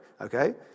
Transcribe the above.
Okay